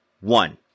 One